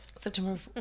September